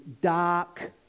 dark